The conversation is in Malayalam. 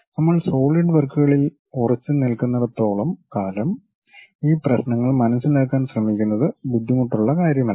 നമ്മൾ സോളിഡ്വർക്കുകളിൽ ഉറച്ചുനിൽക്കുന്നിടത്തോളം കാലം ഈ പ്രശ്നങ്ങൾ മനസിലാക്കാൻ ശ്രമിക്കുന്നത് ബുദ്ധിമുട്ടുള്ള കാര്യമല്ല